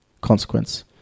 consequence